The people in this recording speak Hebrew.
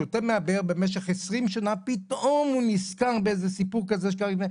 שותה מן הבאר במשך עשרים שנה ופתאום הוא נזכר באיזה סיפור כזה או שניים?